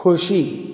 खोशी